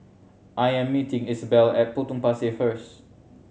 I am meeting Isabell at Potong Pasir first